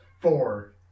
Four